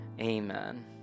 amen